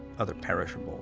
other perishables